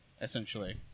essentially